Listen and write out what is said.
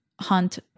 hunt